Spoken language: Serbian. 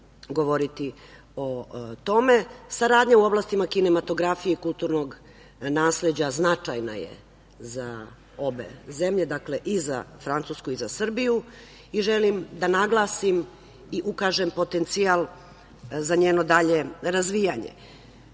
govoriti o tome. Saradnja u oblasti kinematografije kulturnog nasleđa značajna je za obe zemlje, dakle, i za Francusku i za Srbiju i želim da naglasim i ukažem potencijal za njeno dalje razvijanje.